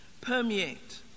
permeate